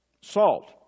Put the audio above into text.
salt